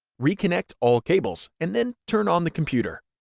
reconnect all cables, and then turn on the computer.